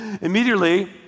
Immediately